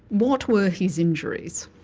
what were his injuries?